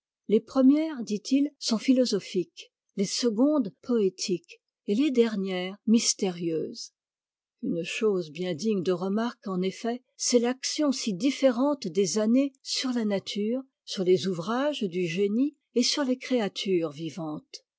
les premières ditil sont philosophiques les secondes poétiques et les dernières mystérieuses une chose bien digne de remarque en effet c'est l'action si différente des années sur la nature sur les ouvrages du génie et sur les créatures vivantes